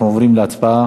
אנחנו עוברים להצבעה